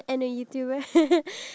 iya